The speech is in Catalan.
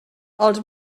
els